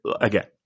again